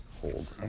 hold